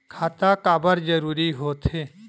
खाता काबर जरूरी हो थे?